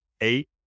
eight